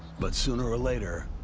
but sooner or later,